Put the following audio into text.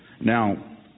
now